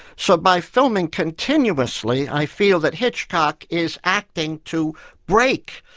so by filming continuously, i feel that hitchcock is acting to break,